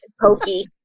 Pokey